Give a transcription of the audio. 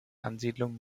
ansiedlung